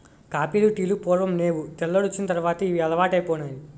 కాపీలు టీలు పూర్వం నేవు తెల్లోడొచ్చిన తర్వాతే ఇవి అలవాటైపోనాయి